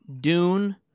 Dune